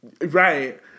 Right